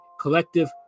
collective